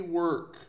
work